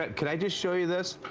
but can i just show you this